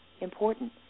important